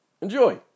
Enjoy